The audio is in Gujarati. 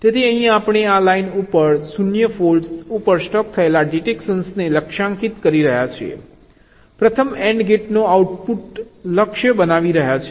તેથી અહીં આપણે આ લાઇન ઉપર 0 ફોલ્ટ ઉપર સ્ટક થયેલા ડિટેક્શનને લક્ષ્યાંકિત કરી રહ્યા છીએ પ્રથમ AND ગેટના આઉટપુટને લક્ષ્ય બનાવી રહ્યા છીએ